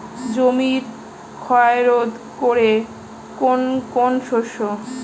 জমির ক্ষয় রোধ করে কোন কোন শস্য?